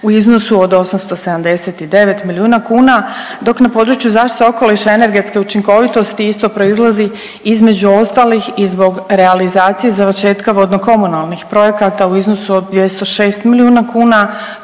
u iznosu od 879 milijuna kuna dok na području zaštite okoliša i energetske učinkovitosti isto proizlazi između ostalih i zbog realizacije završetka vodnokomunalnih projekata u iznosu od 206 milijuna kuna.